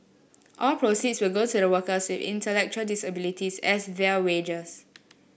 all proceeds go to the workers intellectual disabilities as their wages